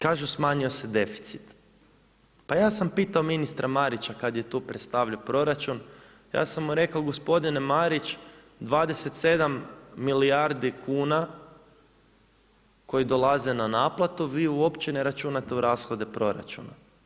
Kažu smanjio se deficit, pa ja sam pitao ministra Marića kad je tu predstavljao proračun, ja sam mu rekao gospodine Marić, 27 milijardi kuna koji dolaze na naplatu, vi uopće ne računate u rashode proračuna.